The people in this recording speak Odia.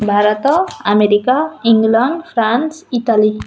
Bharat America England France Italy